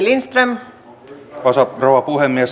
arvoisa rouva puhemies